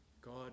God